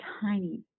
tiny